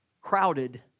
crowded